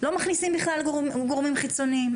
לא מכניסים בכלל גורמים חיצוניים.